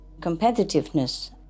competitiveness